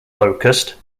locust